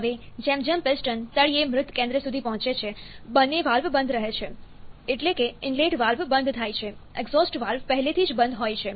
હવે જેમ જેમ પિસ્ટન તળિયે મૃત કેન્દ્ર સુધી પહોંચે છે બંને વાલ્વ બંધ રહે છે એટલે કે ઇનલેટ વાલ્વ બંધ થાય છે એક્ઝોસ્ટ વાલ્વ પહેલેથી જ બંધ હોય છે